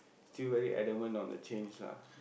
still very adamant on the change lah